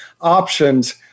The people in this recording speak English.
options